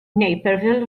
naperville